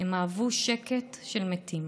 הם אהבו שקט של מתים,